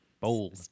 bold